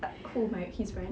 tak who my his friend